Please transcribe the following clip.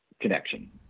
Connection